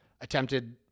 attempted